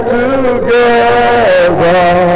together